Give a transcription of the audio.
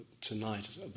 tonight